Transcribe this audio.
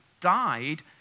died